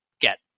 get